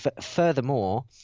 furthermore